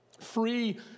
free